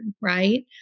Right